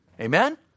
Amen